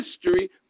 history